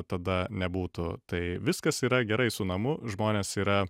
tada nebūtų tai viskas yra gerai su namu žmonės yra